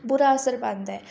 ਬੁਰਾ ਅਸਰ ਪਾਉਂਦਾ ਹੈ